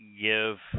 give